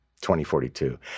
2042